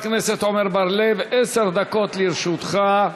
חבר הכנסת עמר בר-לב, עשר דקות לרשותך.